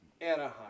Anaheim